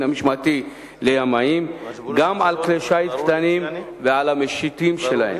המשמעתי לימאים גם על כלי שיט קטנים ועל המשיטים שלהם,